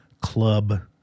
club